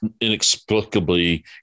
inexplicably